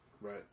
Right